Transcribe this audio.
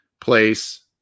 place